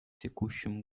текущем